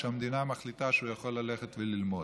והמדינה מחליטה שהוא יכול ללכת וללמוד,